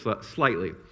slightly